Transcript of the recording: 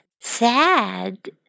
sad